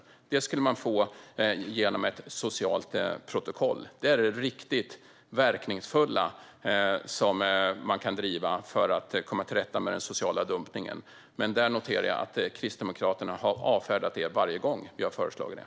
Detta skulle man få genom ett socialt protokoll. Det är det riktigt verkningsfulla som man kan driva för att komma till rätta med den sociala dumpningen. Jag noterar dock att Kristdemokraterna har avfärdat det varje gång vi har föreslagit det.